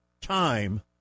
time